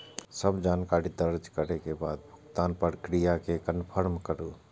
सब जानकारी दर्ज करै के बाद भुगतानक प्रक्रिया कें कंफर्म करू